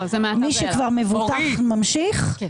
לא